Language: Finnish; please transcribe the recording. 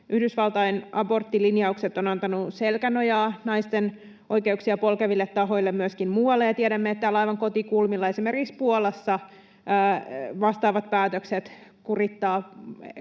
Yhdysvaltain aborttilinjaukset ovat antaneet selkänojaa naisten oikeuksia polkeville tahoille myöskin muualla, ja tiedämme, että täällä aivan kotikulmilla, esimerkiksi Puolassa, vastaavat päätökset kurittavat